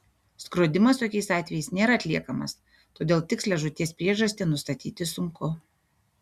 skrodimas tokiais atvejais nėra atliekamas todėl tikslią žūties priežastį nustatyti sunku